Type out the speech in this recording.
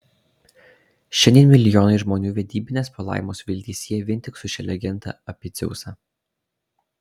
šiandien milijonai žmonių vedybinės palaimos viltį sieja vien tik su šia legenda apie dzeusą